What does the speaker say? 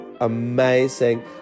amazing